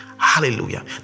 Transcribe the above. hallelujah